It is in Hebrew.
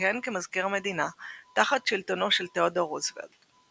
שכיהן כמזכיר המדינה תחת שלטונו של תאודור רוזוולט.